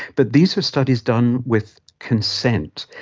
but these studies done with consent.